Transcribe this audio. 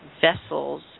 vessels